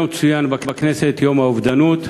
היום צוין בכנסת יום האובדנות